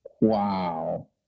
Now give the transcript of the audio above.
Wow